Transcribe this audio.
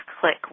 Click